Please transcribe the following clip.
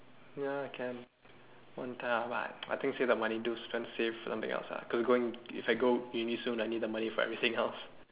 ya can I think save the money do spend certain save for something else ah cause going if I go uni soon I need the money for everything else